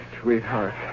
sweetheart